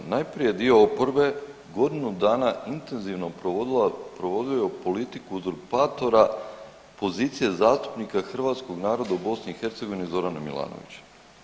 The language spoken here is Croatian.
Najprije dio oporbe godinu dana intenzivno provodila .../nerazumljivo/... politiku uzurpatora pozicije zastupnika hrvatskog naroda u BiH Zorana Milanovića.